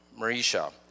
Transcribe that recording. Marisha